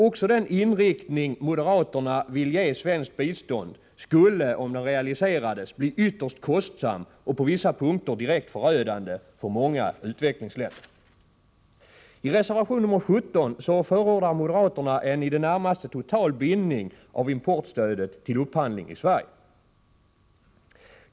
Också den inriktning moderaterna vill ge svenskt bistånd skulle, om den realiserades, bli ytterst kostsam och på vissa punkter direkt förödande för många utvecklingsländer. I reservation 17 förordar moderaterna en i det närmaste total bindning av importstödet till upphandling i Sverige.